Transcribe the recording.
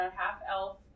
half-elf